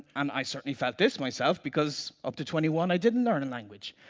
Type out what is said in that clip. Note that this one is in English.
and i certainly felt this myself because up to twenty one, i didn't learn a language,